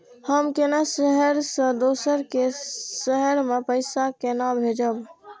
हम केना शहर से दोसर के शहर मैं पैसा केना भेजव?